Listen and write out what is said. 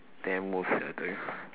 damn worth sia I tell you